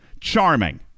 Charming